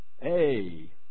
hey